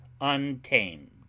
Untamed